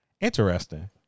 interesting